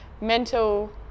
mental